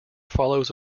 follows